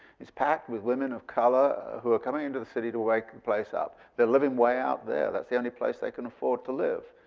it's packed with women of color who are coming into the city to wake the and place up. they're living way out there, that's the only place they can afford to live.